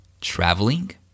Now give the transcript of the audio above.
traveling